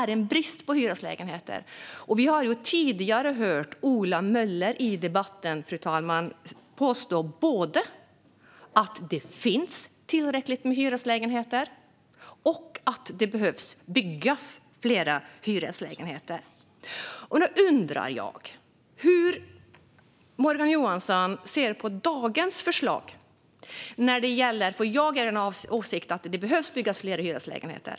Vi har tidigare, fru talman, hört Ola Möller i debatten påstå både att det finns tillräckligt med hyreslägenheter och att det behöver byggas fler hyreslägenheter. Jag undrar hur Morgan Johansson ser på dagens förslag. Jag är av åsikten att det behöver byggas fler hyreslägenheter.